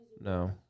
No